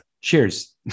Cheers